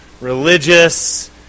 religious